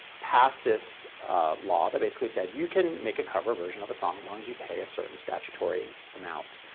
passed this law that basically said, you can make a cover version of a song as long as you pay a certain statutory amount.